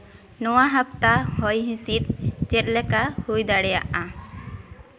ᱱᱳᱣᱟ ᱦᱟᱯᱛᱟ ᱦᱚᱭ ᱦᱤᱸᱥᱤᱫ ᱪᱮᱫ ᱞᱮᱠᱟ ᱦᱩᱭ ᱫᱟᱲᱮᱭᱟᱜᱼᱟ